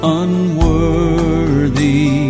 unworthy